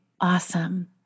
Awesome